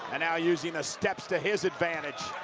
and now using the steps to his advantage.